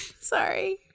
Sorry